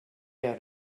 had